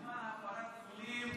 הוא רק התחיל.